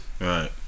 right